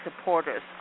supporters